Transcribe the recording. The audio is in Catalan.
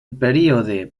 període